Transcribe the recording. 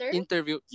interview